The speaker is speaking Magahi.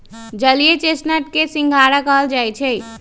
जलीय चेस्टनट के सिंघारा कहल जाई छई